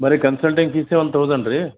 ಬರೀ ಕನ್ಸಲ್ಟಿಂಗ್ ಫೀಸೇ ಒನ್ ತೌಸಂಡಾ ರೀ